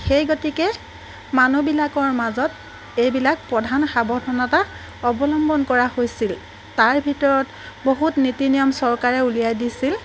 সেই গতিকে মানুহবিলাকৰ মাজত এইবিলাক প্ৰধান সাৱধানতা অৱলম্বন কৰা হৈছিল তাৰ ভিতৰত বহুত নীতি নিয়ম চৰকাৰে উলিয়াই দিছিল